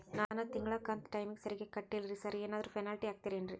ನಾನು ತಿಂಗ್ಳ ಕಂತ್ ಟೈಮಿಗ್ ಸರಿಗೆ ಕಟ್ಟಿಲ್ರಿ ಸಾರ್ ಏನಾದ್ರು ಪೆನಾಲ್ಟಿ ಹಾಕ್ತಿರೆನ್ರಿ?